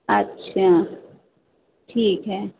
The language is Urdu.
اچھا ٹھیک ہے